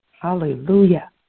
Hallelujah